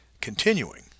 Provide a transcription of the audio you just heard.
continuing